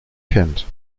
kennt